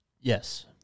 Yes